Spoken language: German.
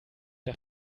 der